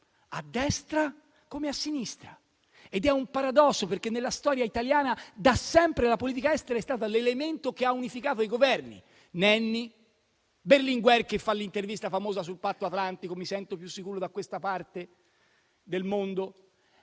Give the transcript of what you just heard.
a destra come a sinistra. Ed è un paradosso, perché nella storia italiana, da sempre, la politica estera è stata l'elemento che ha unificato i Governi: Nenni, Berlinguer che fa l'intervista famosa sul Patto Atlantico, dicendo che si sente più sicuro da questa parte del mondo.